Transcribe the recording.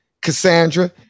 cassandra